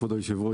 כבוד היושב-ראש,